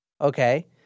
Okay